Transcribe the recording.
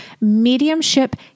mediumship